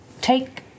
take